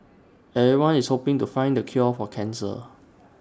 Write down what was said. everyone is hoping to find the cure for cancer